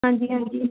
ਹਾਂਜੀ ਹਾਂਜੀ